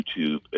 YouTube